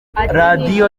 radiyo